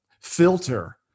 filter